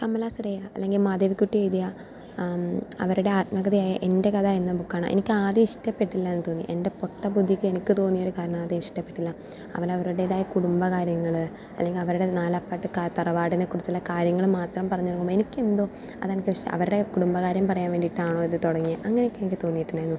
കമലാ സുരയ്യ അല്ലെങ്കിൽ മാധവികുട്ടി എഴുതിയ അവരുടെ ആത്മകഥയായ എൻ്റെ കഥ എന്ന ബുക്കാണ് എനിക്ക് ആദ്യം ഇഷ്ടപ്പെട്ടില്ലാന്ന് തോന്നി എൻ്റെ പൊട്ട ബുദ്ധിക്ക് എനിക്ക് തോന്നിയ ഒരു കാരണമാണ് അത് എനിക്ക് ഇഷ്ട്ടപ്പെട്ടില്ല അവരവരുടേതായ കുടുംബ കാര്യങ്ങള് അല്ലെങ്കിൽ അവരുടെ നാലപ്പാട്ട് ക തറവാടിനെക്കുറിച്ചുള്ള കാര്യങ്ങള് മാത്രം പറഞ്ഞ് തുടങ്ങുമ്പോൾ എനിക്ക് എന്തോ അതെനിക്ക് പക്ഷെ അവരുടെ കുടുംബകാര്യം പറയാൻ വേണ്ടീട്ടാണോ ഇത് തുടങ്ങിയത് അങ്ങനെയൊക്കെ എനിക്ക് തോന്നിയിട്ടുണ്ടായിരുന്നു